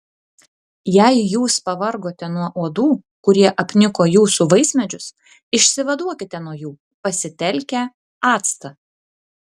jei jūs pavargote nuo uodų kurie apniko jūsų vaismedžius išsivaduokite nuo jų pasitelkę actą